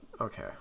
okay